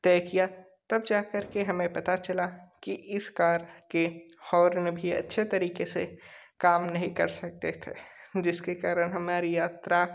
तय किया तब जा करके हमें पता चला कि इस कार के हॉर्न भी अच्छे तरीके से काम नहीं कर सकते थे जिसके कारण हमारी यात्रा